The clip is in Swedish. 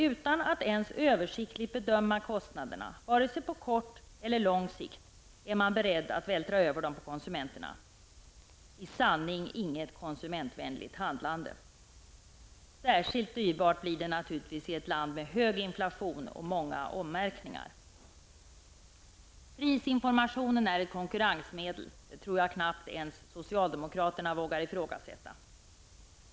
Utan att ens översiktligt bedöma kostnaderna, vare sig på kort eller lång sikt, är man beredd att vältra över dem på konsumenterna. Detta är i sanning inget konsumentvänligt handlande. Särskilt dyrbart blir det naturligtvis i ett land med hög inflation och många ommärkningar. Prisinformationen är ett konkurrensmedel. Jag tror knappast att ens socialdemokraterna vågar ifrågasätta detta.